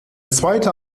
zweite